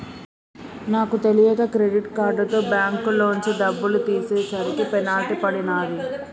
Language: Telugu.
నాకు తెలియక క్రెడిట్ కార్డుతో బ్యేంకులోంచి డబ్బులు తీసేసరికి పెనాల్టీ పడినాది